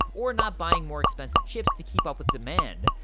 or not buying more expensive chips to keep up with demand.